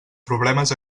problemes